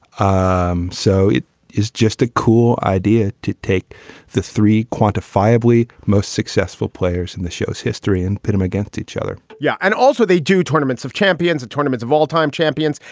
um so it is just a cool idea to take the three quantifiably most successful players in the show's history and pit him against each other yeah. and also also they do tournament of champions, a tournament of all time champions.